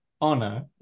Honor